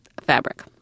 fabric